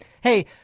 Hey